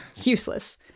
useless